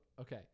okay